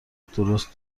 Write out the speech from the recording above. درست